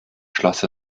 schloss